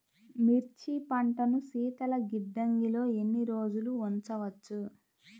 మిర్చి పంటను శీతల గిడ్డంగిలో ఎన్ని రోజులు ఉంచవచ్చు?